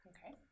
Okay